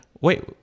wait